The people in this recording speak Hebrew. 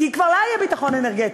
כי כבר לה יהיה ביטחון אנרגטי.